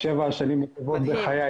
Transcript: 'שבע השנים הטובות בחיי',